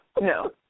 No